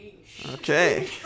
Okay